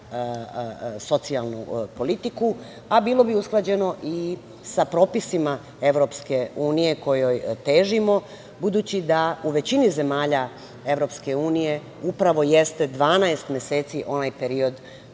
socijalnu politiku. Bilo bi usklađeno i sa propisima Evropske unije kojoj težimo, budući da u većini zemalja Evropske unije upravo jeste 12 meseci onaj period